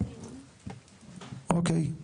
אוקיי,